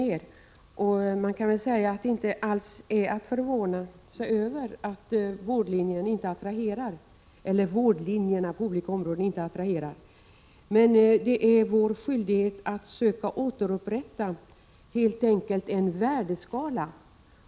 bakom avgångarna inom förskolläraroch barnskötaryrkena. Fortbildningen spelar också en viktig roll när det gäller att skapa stabilitet i yrkeskåren.